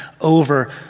over